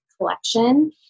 collection